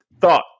thought